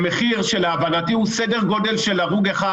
במחיר שלהבנתי הוא סדר גודל של הרוג אחד,